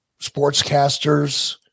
sportscasters